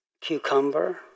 cucumber